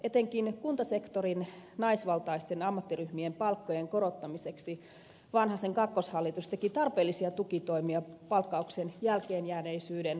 etenkin kuntasektorin naisvaltaisten ammattiryhmien palkkojen korottamiseksi vanhasen kakkoshallitus teki tarpeellisia tukitoimia palkkauksen jälkeenjääneisyyden parantamiseksi